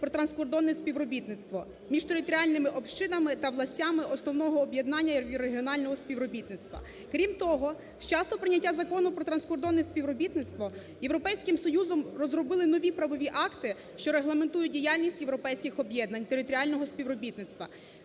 про транскордонне співробітництво між територіальними общинами та властями основного об'єднання і регіонального співробітництва. Крім того, з часу прийняття Закону про транскордонне співробітництво Європейським Союзом розроблено нові правові акти, що регламентують діяльність європейських об'єднань територіального співробітництва,